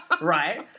Right